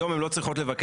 היום הן לא צריכות לבקש,